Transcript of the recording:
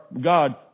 God